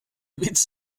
witz